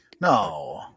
No